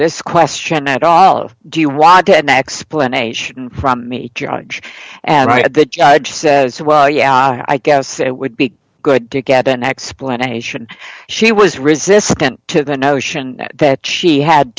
this question at all or do you want to end the explanation from me judge and i at the judge says well yeah i guess it would be good to get an explanation she was resistant to the notion that she had